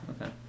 Okay